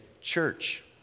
church